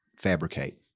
fabricate